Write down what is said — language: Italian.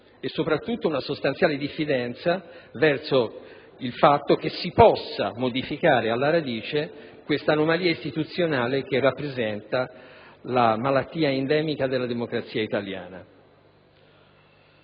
e soprattutto verso il fatto che si possa modificare alla radice un'anomalia istituzionale che rappresenta la malattia endemica della democrazia italiana.